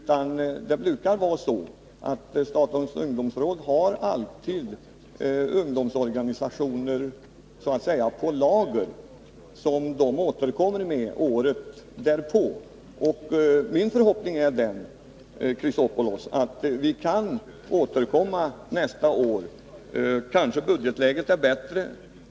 Men statens ungdomsråd brukar alltid så att säga ha ungdomsorganisationer på lager, som de återkommer med året därpå. Och min förhoppning är, Alexander Chrisopoulos, att vi nästa år skall kunna återkomma till dessa organisationer. Kanske är budgetläget då bättre.